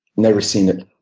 never seen it.